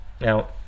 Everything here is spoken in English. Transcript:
Now